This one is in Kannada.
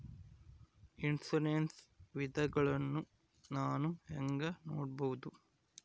ಇನ್ಶೂರೆನ್ಸ್ ವಿಧಗಳನ್ನ ನಾನು ಹೆಂಗ ನೋಡಬಹುದು?